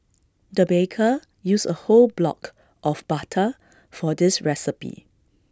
the baker used A whole block of butter for this recipe